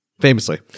Famously